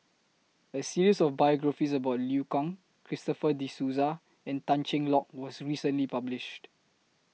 A series of biographies about Liu Kang Christopher De Souza and Tan Cheng Lock was recently published